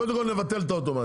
קודם כל נבטל את האוטומט.